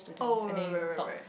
oh right right right right right